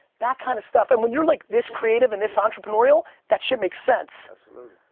that kind of stuff and when you're like this creative and this entrepreneurial, that shit makes sense. absolutely.